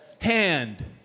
hand